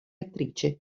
attrice